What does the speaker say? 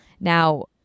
Now